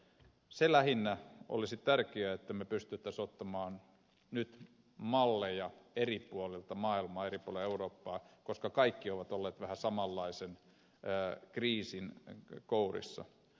se lähinnä olisi tärkeää että pystyisimme ottamaan nyt malleja eri puolilta maailmaa eri puolilta eurooppaa koska kaikki ovat olleet vähän samanlaisen kriisin kourissa